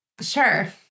Sure